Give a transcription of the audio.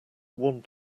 want